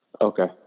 Okay